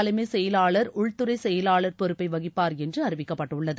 தலைமைச் செயலாளர் உள்துறை செயலாளர் பொறுப்பை வகிப்பார் மாநில என்று அறிவிக்கப்பட்டுள்ளது